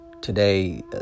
Today